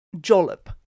jollop